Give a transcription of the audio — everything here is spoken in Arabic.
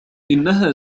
إنها